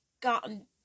gotten